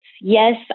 yes